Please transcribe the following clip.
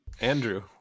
Andrew